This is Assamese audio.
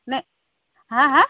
নে হাঁ হাঁ